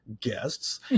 guests